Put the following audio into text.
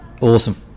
awesome